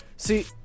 See